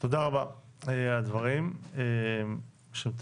תודה רבה על הדברים שיוצאים מפיך,